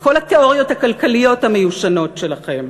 מכל התיאוריות הכלכליות המיושנות שלכם,